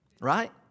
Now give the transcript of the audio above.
right